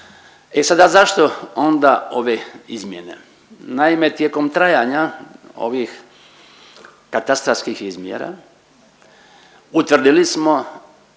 E sada zašto onda ove izmjene? Naime, tijekom trajanja ovih katastarskih izmjera utvrdili smo